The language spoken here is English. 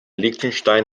liechtenstein